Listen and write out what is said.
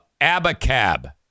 Abacab